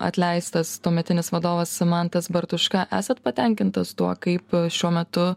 atleistas tuometinis vadovas mantas bartuška esat patenkintas tuo kaip šiuo metu